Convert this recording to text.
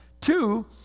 Two